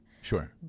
Sure